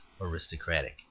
aristocratic